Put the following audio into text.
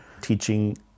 teaching